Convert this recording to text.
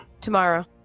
Tomorrow